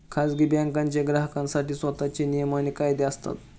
खाजगी बँकांचे ग्राहकांसाठी स्वतःचे नियम आणि कायदे असतात